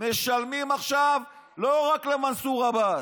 ומשלמים עכשיו לא רק למנסור עבאס,